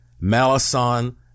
malison